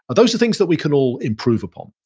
those are things that we can all improve upon.